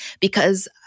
because-